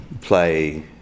play